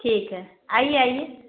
ٹھیک ہے آئیے آئیے